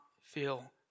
feel